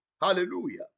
Hallelujah